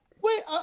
wait